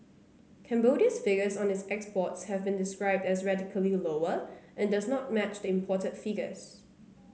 Cambodia's figures on its exports have been described as radically lower and does not match the imported figures